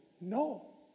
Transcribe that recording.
No